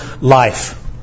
life